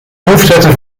hoofdwetten